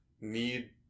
need